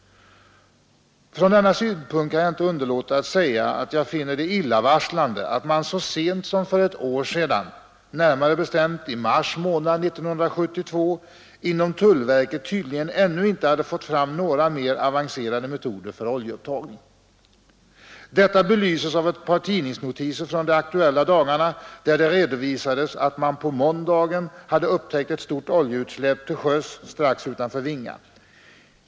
Från denna synpunkt kan jag inte underlåta att säga att jag finner det illavarslande att man så sent som för ett år sedan — närmare bestämt i mars 1972 — inom tullverket tydligen ännu inte hade fått fram några mer avancerade metoder för oljeupptagning. Detta belyses av ett par tidningsnotiser från de aktuella dagarna, där det redovisades, att man på måndagen hade upptäckt ett stort oljeutsläpp till sjöss, strax utanför Vinga.